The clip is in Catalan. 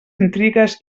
intrigues